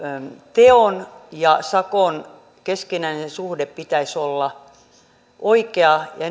teon ja sakon keskinäisen suhteen pitäisi olla oikea ja